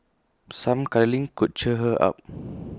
some cuddling could cheer her up